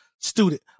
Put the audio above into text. student